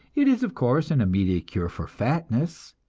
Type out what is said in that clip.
it is, of course, an immediate cure for fatness,